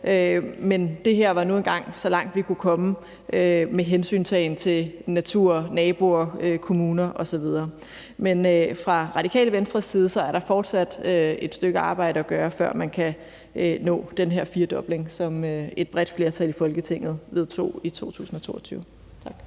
men det her var nu engang så langt, vi kunne komme, med hensyntagen til natur, naboer, kommuner osv. Men fra Radikale Venstres side er der fortsat et stykke arbejde at gøre, før man kan nå den her firdobling, som et bredt flertal i Folketinget vedtog i 2022. Tak.